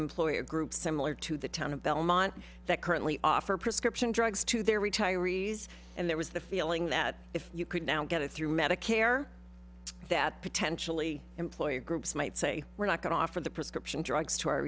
employer groups similar to the town of belmont that currently offer prescription drugs to their retirees and there was the feeling that if you could now get it through medicare that potentially employer groups might say we're not going to offer the prescription drugs to our